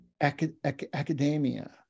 academia